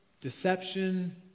deception